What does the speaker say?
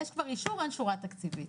יש כבר אישור על שורה תקציבית